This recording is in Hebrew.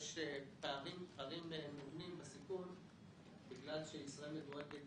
יש פערים מובנים בסיכון בגלל שישראל מדורגת